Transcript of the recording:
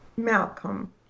Malcolm